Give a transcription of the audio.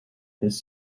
this